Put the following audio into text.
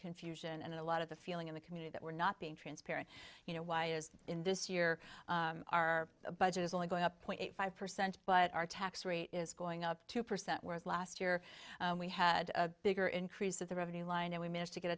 confusion and a lot of the feeling in the community that we're not being transparent you know why is that in this year our budget is only going up point five percent but our tax rate is going up two percent whereas last year we had a bigger increase of the revenue line and we managed to get